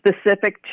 specific